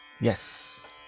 Yes